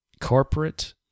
corporate